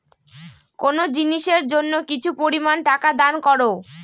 কোনো জিনিসের জন্য কিছু পরিমান টাকা দান করো